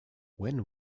when